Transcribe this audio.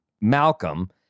Malcolm